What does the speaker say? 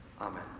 Amen